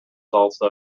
also